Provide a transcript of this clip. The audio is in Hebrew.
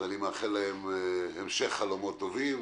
אני מאחל להם המשך חלומות טובים.